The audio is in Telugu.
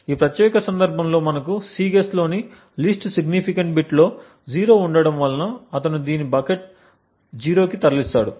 ఈ ప్రత్యేక సందర్భంలో మనకు Cguess లోని లీస్ట్ సిగ్నిఫికెంట్ బిట్ లో 0 ఉండటం వలన అతను దీనిని బకెట్ 0 కి తరలిస్తాడు